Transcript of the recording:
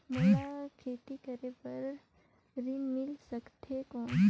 मोला खेती करे बार ऋण मिल सकथे कौन?